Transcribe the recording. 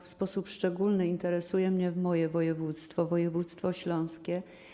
W sposób szczególny interesuje mnie moje województwo, województwo śląskie.